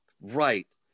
right